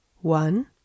One